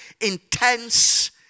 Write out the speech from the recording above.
Intense